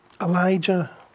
Elijah